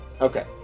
Okay